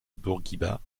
bourguiba